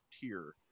tier